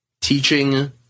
teaching